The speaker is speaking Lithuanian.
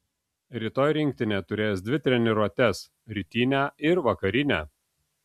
rytoj rinktinė turės dvi treniruotes rytinę ir vakarinę